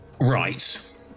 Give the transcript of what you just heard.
Right